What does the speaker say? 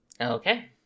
Okay